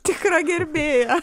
tikra gerbėja